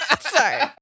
Sorry